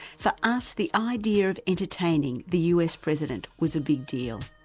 for us the idea of entertaining the us president was a big deal.